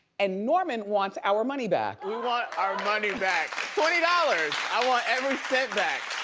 and norman wants our money back. we want our money back twenty dollars. i want every cent back.